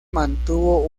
mantuvo